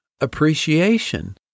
appreciation